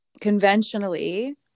conventionally